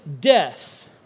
death